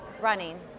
running